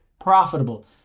profitable